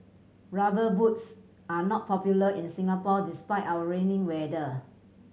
Rubber Boots are not popular in Singapore despite our rainy weather